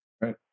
Right